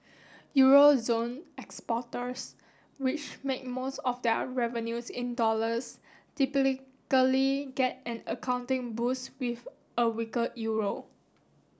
Euro zone exporters which make most of their revenues in dollars get an accounting boost with a weaker Euro